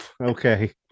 Okay